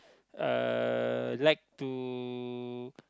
uh like to